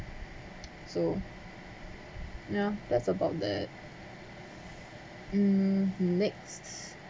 so yeah that's about that mm next